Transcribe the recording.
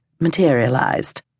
materialized